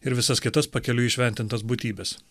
ir visas kitas pakeliui įšventintas būtybes